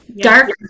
dark